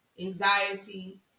anxiety